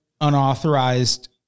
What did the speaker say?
unauthorized